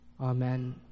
Amen